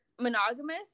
monogamous